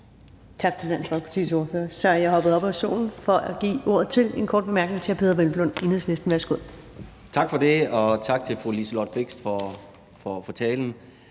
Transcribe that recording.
Tak til Dansk Folkepartis ordfører. Så er jeg hoppet op af stolen for at give ordet for en kort bemærkning til hr. Peder Hvelplund, Enhedslisten. Kl. 14:24 Peder Hvelplund (EL): Tak for det, og tak til fru Liselott Blixt for talen.